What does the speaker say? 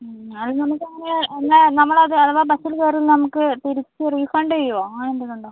അത് നമുക്ക് അങ്ങനെ എന്നാൽ നമ്മൾ അത് അഥവ ബസ്സിൽ കയറും നമുക്ക് തിരിച്ച് റീഫണ്ട് ചെയ്യുമോ അങ്ങനെ എന്തേലും ഉണ്ടോ